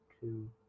Two